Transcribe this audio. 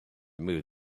move